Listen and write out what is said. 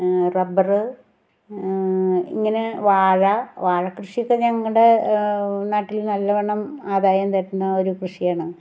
rubber ഇങ്ങനെ വാഴ വാഴ കൃഷി ഒക്കെ ഞങ്ങളുടെ നാട്ടിൽ നല്ലവണ്ണം ആദായം തരുന്ന ഒരു കൃഷിയാണ്